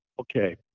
Okay